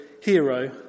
hero